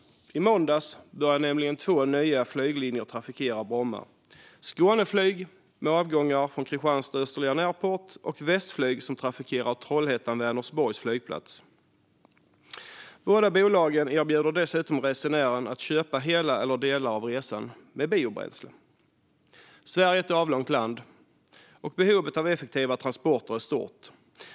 I måndags började nämligen två nya flyglinjer att trafikera Bromma: Skåneflyg med avgångar från Kristianstad Österlen Airport och Västflyg som trafikerar Trollhättan Vänersborgs flygplats. Båda bolagen erbjuder dessutom resenären att köpa hela eller delar av resan med biobränsle. Sverige är ett avlångt land, och behovet av effektiva transporter är stort.